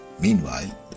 Meanwhile